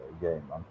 game